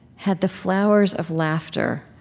had the flowers of laughter.